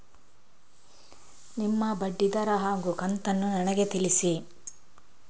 ನಿಮ್ಮ ಬಡ್ಡಿದರ ಹಾಗೂ ಕಂತನ್ನು ನನಗೆ ತಿಳಿಸಿ?